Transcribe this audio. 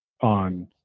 on